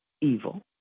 evil